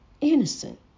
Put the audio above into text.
Innocent